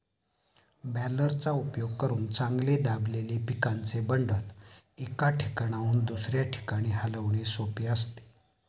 बॅलरचा उपयोग करून चांगले दाबलेले पिकाचे बंडल, एका ठिकाणाहून दुसऱ्या ठिकाणी हलविणे सोपे असते